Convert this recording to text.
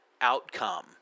outcome